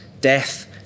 death